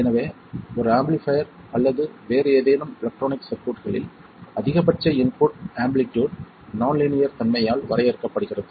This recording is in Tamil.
எனவே ஒரு ஆம்பிளிஃபைர் அல்லது வேறு ஏதேனும் எலெக்ட்ரானிக் சர்க்யூட்களில் அதிகபட்ச இன்புட் ஆம்ப்ளிடியூட் நான் லீனியர் தன்மையால் வரையறுக்கப்படுகிறது